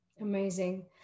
Amazing